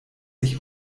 sich